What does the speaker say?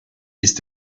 ist